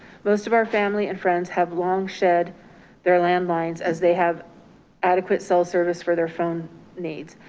most of our family and friends have long shed their landlines as they have adequate cell service for their phone needs.